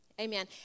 Amen